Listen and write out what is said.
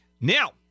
Now